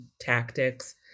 tactics